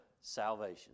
salvation